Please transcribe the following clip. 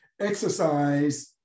exercise